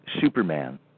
Superman